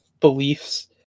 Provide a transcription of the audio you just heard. beliefs